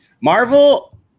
Marvel